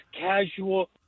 casual